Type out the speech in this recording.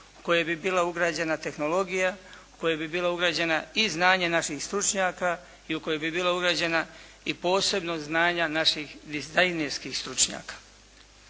u koje bi bila ugrađena tehnologija, u koje bi bila ugrađena i znanje naših stručnjaka i u koje bi bila ugrađena i posebna znanja naših dizajnerskih stručnjaka.